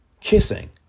kissing